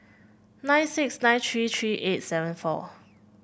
nine six nine three three eight seven four